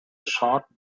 short